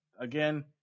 Again